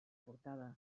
portava